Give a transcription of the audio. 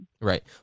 Right